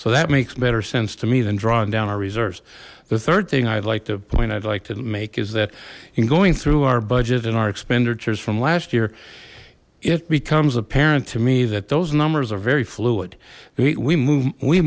so that makes better sense to me than drawing down our reserves the third thing i'd like to point to make is that in going through our budget and our expenditures from last year it becomes apparent to me that those numbers are very fluid we move we